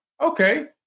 Okay